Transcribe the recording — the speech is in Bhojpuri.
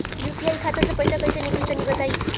यू.पी.आई खाता से पइसा कइसे निकली तनि बताई?